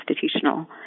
constitutional